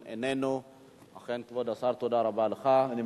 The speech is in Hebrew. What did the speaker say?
3. כמה מקרים דומים אירעו בשנים 2009